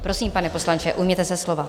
Prosím, pane poslanče, ujměte se slova.